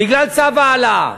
בגלל צו ההעלאה.